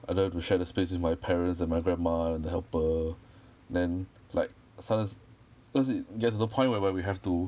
I don't have to share the space with my parents and my grandma and the helper then like sometimes cause it gets to the point whereby we have to